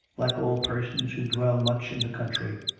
like all persons who dwell much in the country,